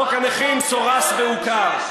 חוק הנכים סורס ועוקר.